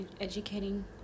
educating